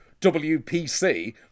WPC